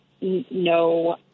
no